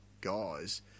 guys